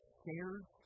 shares